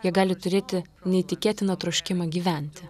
jie gali turėti neįtikėtiną troškimą gyventi